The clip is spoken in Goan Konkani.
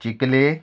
चिकले